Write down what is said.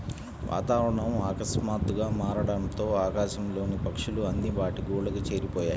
వాతావరణం ఆకస్మాతుగ్గా మారడంతో ఆకాశం లోని పక్షులు అన్ని వాటి గూళ్లకు చేరిపొయ్యాయి